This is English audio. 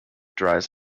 dries